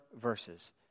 verses